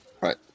Right